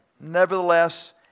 Nevertheless